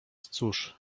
cóż